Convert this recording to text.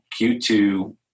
Q2